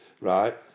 right